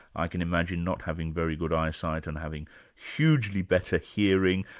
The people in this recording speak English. i can imagine not having very good eyesight and having hugely better hearing,